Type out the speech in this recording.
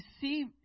see